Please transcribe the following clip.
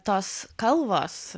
tos kalvos